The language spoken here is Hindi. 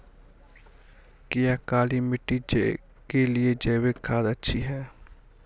क्या काली मिट्टी के लिए जैविक खाद अच्छी है?